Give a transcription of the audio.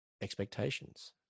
expectations